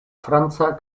franca